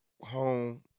home